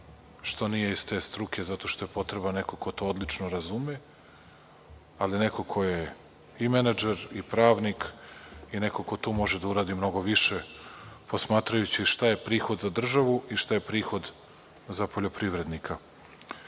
što nije iz te struke, zato što je potreban neko ko to odlično razume, ali neko ko je i menadžer i pravnik i neko ko tu može da uradi mnogo više posmatrajući šta je prihod za državu i šta je prihod za poljoprivrednika.I